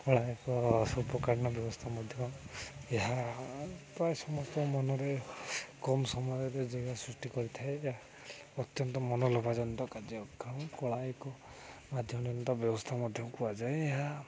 କଳା ଏକ ସ୍ୱଳ୍ପକାଳିନ ବ୍ୟବସ୍ଥା ମଧ୍ୟ ଏହା ପ୍ରାୟ ସମସ୍ତ ମନରେ କମ୍ ସମୟରେ ଯିବା ସୃଷ୍ଟି କରିଥାଏ ଏହା ଅତ୍ୟନ୍ତ ମନଲୋଭାଜନିତ କାର୍ଯ୍ୟକ୍ରମ କଳା ଏକ ମାଧ୍ୟମ ନିମିତ ବ୍ୟବସ୍ଥା ମଧ୍ୟ କୁହାଯାଏ ଏହା